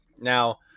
Now